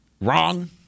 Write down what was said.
Wrong